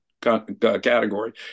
category